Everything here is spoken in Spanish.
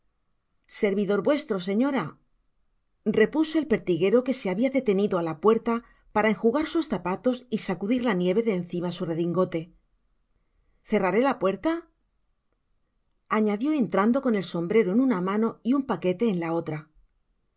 servidor vuestro señora repuso el pertiguero que se habia detenido á la puerta para enjugar sus zapatos y sacudir la nieve de encima su redingote cerraré la puerta añadió entrando con el sombrero en una mano y un paquete en la otra